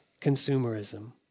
consumerism